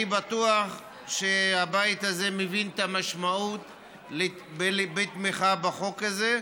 אני בטוח שהבית הזה מבין את המשמעות של תמיכה בחוק הזה.